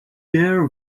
bear